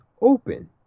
open